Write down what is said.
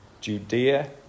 Judea